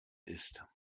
ist